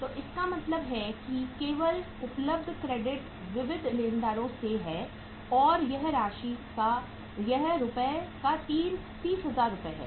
तो इसका मतलब है केवल उपलब्ध क्रेडिट विविध लेनदारों से है और यह रुपये का 30000 रुपये है